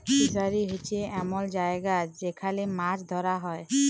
fishery হছে এমল জায়গা যেখালে মাছ ধ্যরা হ্যয়